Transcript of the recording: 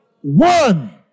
one